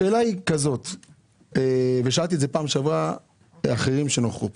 שאלתי בפעם שעברה אחרים שנוכחו כאן.